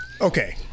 Okay